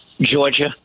Georgia